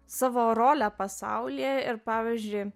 savo rolę pasaulyje ir pavyzdžiui